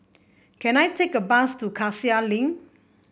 can I take a bus to Cassia Link